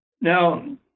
Now